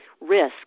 risk